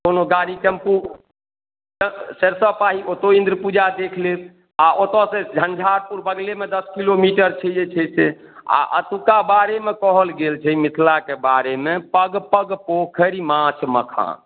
कोनो गाड़ी टेम्पू सरिसव पाही ओतहुँ इन्द्र पूजा देखि लेब आ ओतऽसँ झंझारपुर बगलेमे दश किलोमीटर छै जे छै से आ अतुका बारेमे कहल गेल छै मिथिलाके बारेमे पग पग पोखरि माँछ मखान